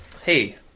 Hey